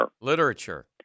Literature